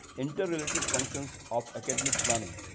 integrated functions of academic planning.